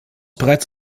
bereits